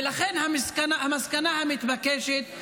ולכן המסקנה המתבקשת,